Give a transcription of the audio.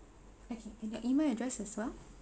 okay and your email address as well